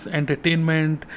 entertainment